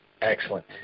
Excellent